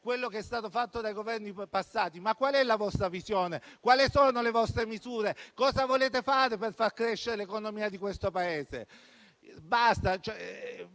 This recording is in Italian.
quello che è stato fatto dai Governi precedenti, ma qual è la vostra visione? Quali sono le vostre misure? Cosa volete fare per far crescere l'economia di questo Paese?